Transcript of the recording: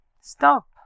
Stop